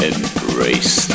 Embrace